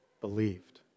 believed